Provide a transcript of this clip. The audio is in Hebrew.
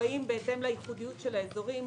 שנקבעים בהתאם לייחודיות של האזורים